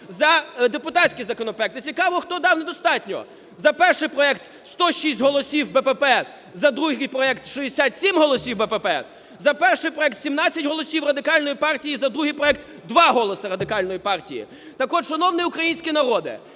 за депутатський законопроект. І цікаво, хто дав недостатньо? За перший проект – 106 голосів "БПП", за другий проект – 67 голосів БПП, за перший проект – 17 голосів Радикальної партії і за другий проект – 2 голоси Радикальної партії. Так от, шановний український народе,